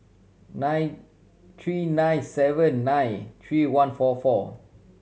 nine three nine seven nine three one four four